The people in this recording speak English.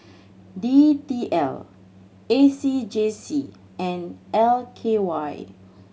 D T L A C J C and L K Y